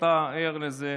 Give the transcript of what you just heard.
אין מה לעשות,